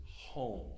home